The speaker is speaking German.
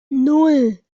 nan